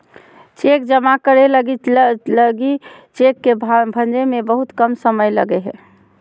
cheque जमा करे लगी लगी चेक के भंजे में बहुत कम समय लगो हइ